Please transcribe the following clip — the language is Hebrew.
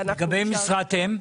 לגבי משרת אם?